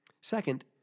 Second